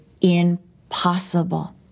impossible